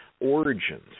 origins